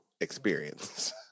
experience